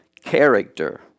character